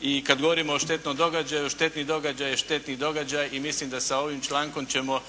i kad govorimo o štetnom događaju, štetni događaj je štetni događaj i mislim da sa ovim člankom ćemo